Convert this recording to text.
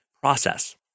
process